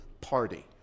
Party